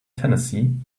tennessee